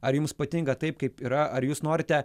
ar jums patinka taip kaip yra ar jūs norite